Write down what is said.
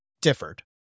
differed